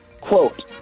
quote